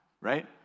right